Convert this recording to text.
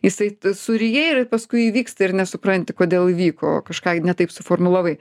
jisai suryjai ir paskui įvyksta ir nesupranti kodėl įvyko kažką ne taip suformulavai